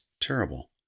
terrible